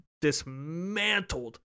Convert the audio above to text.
dismantled